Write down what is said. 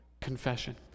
confession